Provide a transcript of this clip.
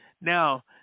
Now